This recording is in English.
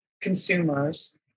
consumers